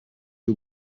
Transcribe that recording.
you